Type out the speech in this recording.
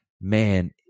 man